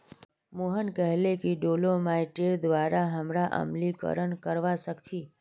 मोहन कहले कि डोलोमाइटेर द्वारा हमरा अम्लीकरण करवा सख छी